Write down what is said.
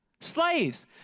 Slaves